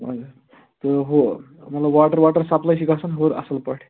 اَدٕ حظ تہٕ ہُہ مطلب واٹر واٹر سپلے چھِ گژھان ہیٚور اَصٕل پٲٹھۍ